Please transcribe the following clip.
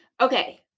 Okay